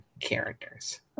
characters